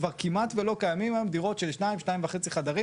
כבר כמעט ולא קיימים היום דירות של 2-2.5 חדרים.